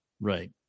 Right